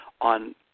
on